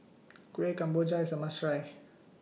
Kuih Kemboja IS A must Try